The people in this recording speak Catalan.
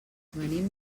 venim